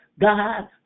God